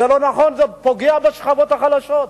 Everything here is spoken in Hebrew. זה לא נכון, זה פוגע בשכבות החלשות.